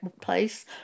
place